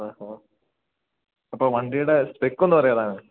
ആഹാ അപ്പോൾ വണ്ടിയുടെ സ്പെക്കൊന്ന് പറയുമോ ഏതാന്ന്